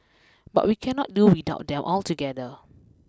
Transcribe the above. but we cannot do without them altogether